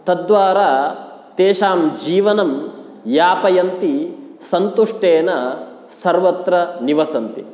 तद्वारा तेषां जीवनं यापयन्ति सन्तुष्टेन सर्वत्र निवसन्ति